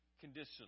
conditional